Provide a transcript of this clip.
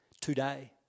today